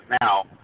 now